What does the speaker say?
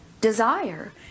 Desire